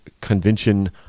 convention